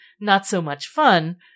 not-so-much-fun